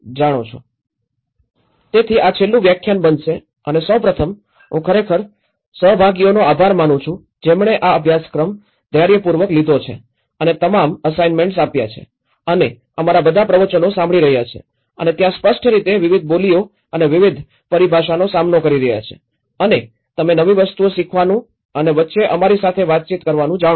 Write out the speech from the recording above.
તેથી આ છેલ્લું વ્યાખ્યાન બનશે અને સૌ પ્રથમ હું ખરેખર સહભાગીઓનો આભાર માનું છું જેમણે આ અભ્યાસક્રમ ધૈર્યપૂર્વક લીધો છે અને તમામ અસાઈન્મેન્ટ્સ આપ્યા છે અને અમારા બધા પ્રવચનો સાંભળી રહ્યા છે અને ત્યાં સ્પષ્ટ રીતે વિવિધ બોલીઓ અને વિવિધ પરિભાષાનો સામનો કરી રહ્યા છે અને તમે નવી વસ્તુઓ શીખવાનું અને વચ્ચે અમારી સાથે વાતચીત કરવાનું જાણો છો